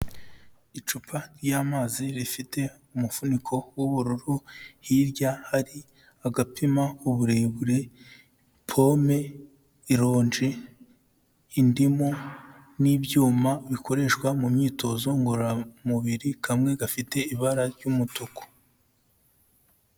Icupa ry'amazi rifite umufuniko w'ubururu, hirya hari agapima uburebure, pome, ironji, indimu n'ibyuma bikoreshwa mu myitozo ngororamubiri, kamwe gafite ibara ry'umutuku.